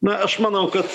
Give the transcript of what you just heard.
na aš manau kad